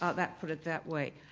ah that put it that way.